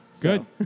good